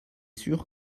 sûr